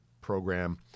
program